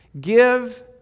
give